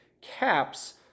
caps